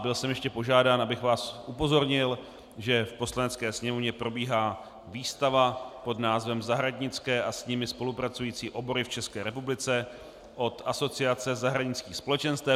Byl jsem ještě požádán, abych vás upozornil, že v Poslanecké sněmovně probíhá výstava pod názvem Zahradnické a s nimi spolupracující obory v České republice od Asociace zahradnických společenstev.